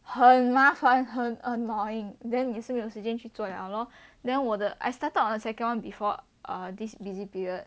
很麻烦很 annoying then 你是没有时间去做了咯 then 我的 I started on a second one before uh this busy period